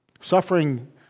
Suffering